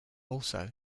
also